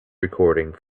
recording